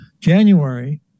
January